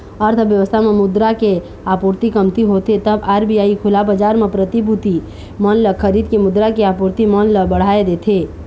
अर्थबेवस्था म मुद्रा के आपूरति कमती होथे तब आर.बी.आई खुला बजार म प्रतिभूति मन ल खरीद के मुद्रा के आपूरति मन ल बढ़ाय देथे